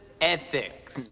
Ethics